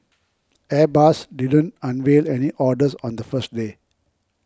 airbus didn't unveil any orders on the first day